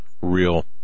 real